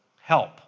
help